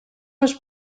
was